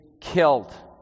killed